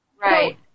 Right